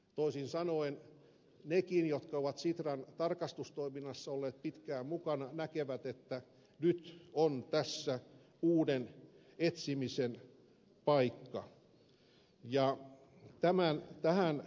toisin sanoen nekin jotka ovat sitran tarkastustoiminnassa olleet pitkään mukana näkevät että nyt on tässä uuden etsimisen paikka